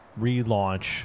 relaunch